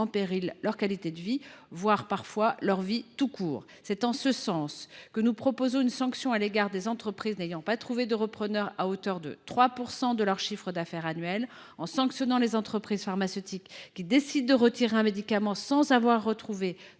leur qualité de vie, voire, parfois, leur survie. C’est pourquoi nous proposons une sanction à l’égard des entreprises qui n’ont pas trouvé de repreneur, à hauteur de 3 % de leur chiffre d’affaires annuel. En sanctionnant les entreprises pharmaceutiques qui retirent un médicament sans avoir trouvé